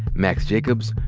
max jacobs,